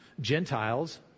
Gentiles